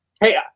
Hey